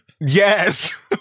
Yes